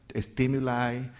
stimuli